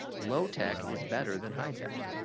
low tech is better than high tech.